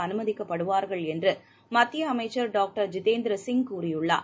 அனுமதிக்கப்படுவார்கள் என்று மத்திய அமைச்சர் டாக்டர் ஜிதேந்திர சிங் கூறியுள்ளார்